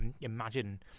imagine